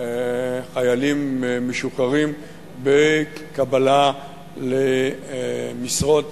חיילים משוחררים בקבלה למשרות